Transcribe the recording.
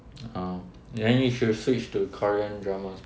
oh then you should switch to korean drama